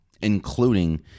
Including